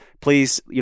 please